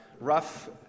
rough